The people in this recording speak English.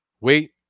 wait